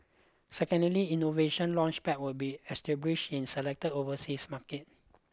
secondly Innovation Launchpads will be established in selected overseas markets